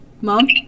Mom